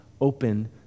open